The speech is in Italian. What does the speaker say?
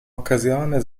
occasione